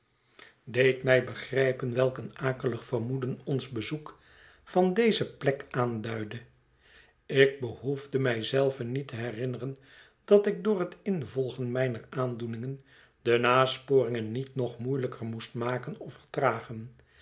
deed mij begrijpen welk een akelig vermoeden ons bezoek van deze plek aanduidde ik behoefde mij zelve niet te herinneren dat ik door het involgen mijner aandoeningen de nasporingen niet nog moeielijker moest maken of vertragen